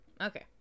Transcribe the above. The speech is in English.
Okay